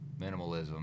minimalism